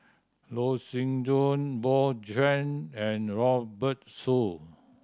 Loh Sin Yun Bjorn Shen and Robert Soon